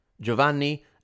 Giovanni